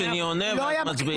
שני עונה ואז מצביעים.